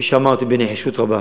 כפי שאמרתי, בנחישות רבה.